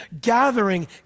gathering